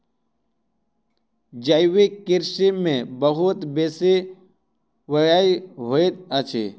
जैविक कृषि में बहुत बेसी व्यय होइत अछि